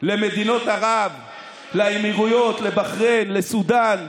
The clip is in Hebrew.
למדינות ערב, לאמירויות, לבחריין, לסודאן,